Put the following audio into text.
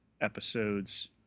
episodes